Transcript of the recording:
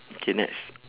okay next